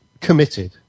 committed